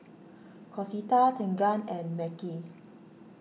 Concetta Tegan and Mekhi